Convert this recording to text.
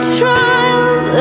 trials